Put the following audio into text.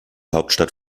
hauptstadt